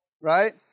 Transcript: right